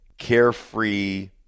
carefree